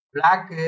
Black